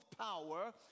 power